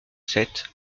sept